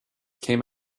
came